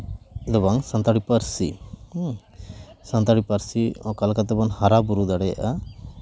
ᱫᱚ ᱵᱟᱝ ᱥᱟᱱᱛᱟᱲᱤ ᱯᱟᱹᱨᱥᱤ ᱥᱟᱱᱛᱟᱲᱤ ᱯᱟᱹᱨᱥᱤ ᱚᱠᱟ ᱞᱮᱠᱟ ᱛᱮᱵᱚᱱ ᱦᱟᱨᱟᱼᱵᱩᱨᱩ ᱫᱟᱲᱮᱭᱟᱜᱼᱟ